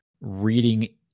reading